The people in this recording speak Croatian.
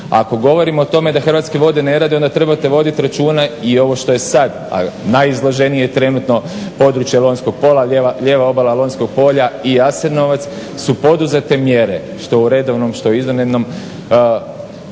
Ako govorimo o tome da Hrvatske vode ne rade onda trebate vodit računa i ovo što je sad najizloženije trenutno područje Lonjskog polja, lijeva obala Lonjskog polja i Jasenovac su poduzete mjere što u redovnom, što u izvanrednim